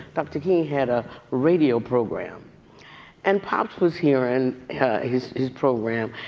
dr. king had a radio program and pops was hearing his his program.